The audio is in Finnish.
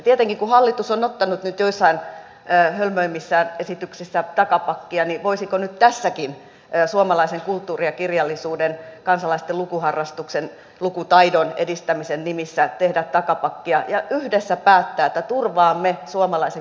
tietenkin kun hallitus on ottanut nyt joissain hölmöimmissä esityksissään takapakkia niin voisiko nyt tässäkin suomalaisen kulttuurin ja kirjallisuuden kansalaisten lukuharrastuksen lukutaidon edistämisen nimissä tehdä takapakkia ja yhdessä päättää että turvaamme suomalaisen kirjastolaitoksen tulevaisuuden